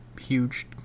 huge